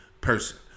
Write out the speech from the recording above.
person